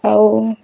ହଉ